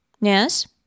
Yes